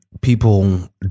people